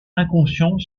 inconscient